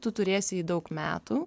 tu turėsi jį daug metų